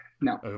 No